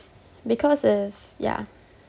because if yeah